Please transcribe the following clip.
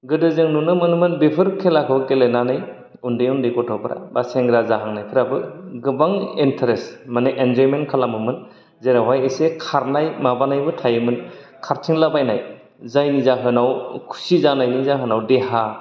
गोदो जों नुनो मोनोमोन बेफोर खेलाखौ गेलेनानै उन्दै उन्दै गथ'फोरा बा सेंग्रा जाहांनायफ्राबो गोबां एनट्रेस्ट माने एनजयमेन्ट खालामोमोन जेरावहाय एसे खारनाय माबानायबो थायोमोन खारथिंलाबायनाय जायनि जाहोनाव खुसि जानायनि जाहोनाव देहा